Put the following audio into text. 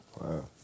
Wow